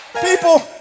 People